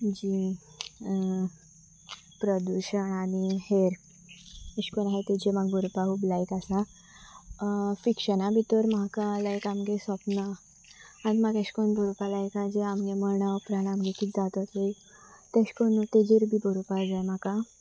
जी प्रदुशण आनी हेर अशें करून आसाय तेजेर म्हाका बरोवपा खूब लायक आसा फिक्शना भितर म्हाका लायक आमगे सपन आनी म्हाका अशे करून बरोवपा लायक आहा जे आमगे मा उपरांत आमगे कितें जात चोय तशे करून तेजेर बी बरोवपा जाय म्हाका